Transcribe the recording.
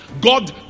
God